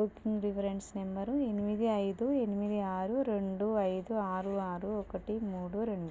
booking reference number ఎనిమిది ఐదు ఎనిమిది ఆరు రెండు ఐదు ఆరు ఆరు ఒకటి మూడు రెండు